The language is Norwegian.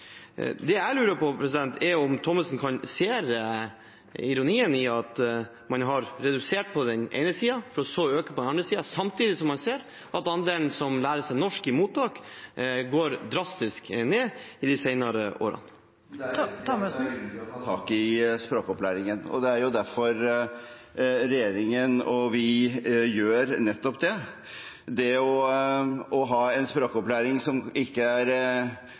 Det jeg lurer på, er om Thommessen ser ironien i at man har redusert på den ene siden for så å øke på den andre siden, samtidig som man ser at andelen som lærer seg norsk i mottak, har gått drastisk ned de senere årene. Det er riktig at det er grunn til å ta tak i språkopplæringen. Det er derfor regjeringen og vi gjør nettopp det. Å ha en språkopplæring som ikke er